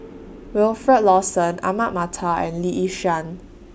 Wilfed Lawson Ahmad Mattar and Lee Yi Shyan